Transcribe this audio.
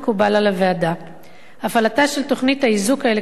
הפעלתה של תוכנית האיזוק האלקטרוני מתבצעת כבר שבע שנים,